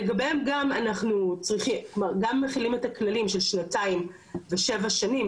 לגביהם גם אנחנו מחילים את הכללים של שנתיים ושבע שנים,